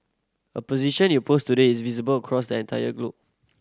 a position you post today is visible cross entire globe